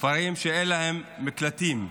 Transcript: כפרים שאין להם מקלטים,